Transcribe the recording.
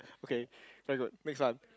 okay very good next one